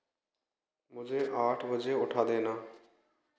मुझे आठ बजे उठा देना